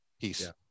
Peace